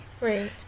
Right